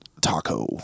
Taco